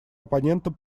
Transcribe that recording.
оппонентом